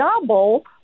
double